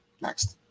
Next